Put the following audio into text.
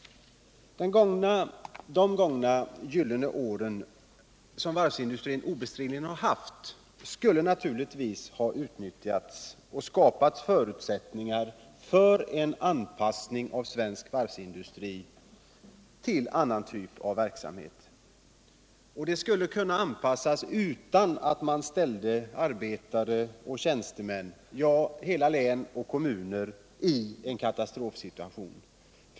De gångna gyllene åren, som varvsindustrin obestridligen upplevt, skulle naturligtvis ha utnyttjats till att skapa förutsättningar för en anpassning av svensk varvsindustri till annan typ av verksamhet. Anpassningen skulle kunna ske utan att man försatte arbetare och tjänstemän, ja, hela län och kommuner, ien katastrofsituation.